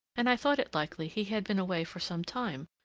and i thought it likely he had been away for some time,